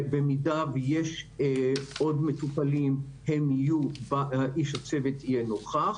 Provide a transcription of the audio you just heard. במידה שיש עוד מטופלים, איש הצוות יהיה נוכח.